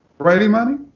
right, imani?